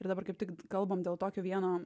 ir dabar kaip tik kalbam dėl tokio vieno